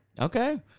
Okay